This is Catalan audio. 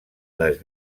les